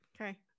okay